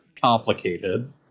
complicated